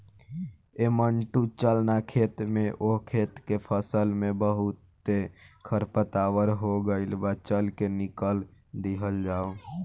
ऐ मंटू चल ना खेत में ओह खेत के फसल में बहुते खरपतवार हो गइल बा, चल के निकल दिहल जाव